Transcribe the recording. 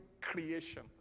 creation